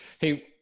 Hey